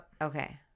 Okay